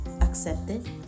accepted